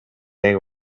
they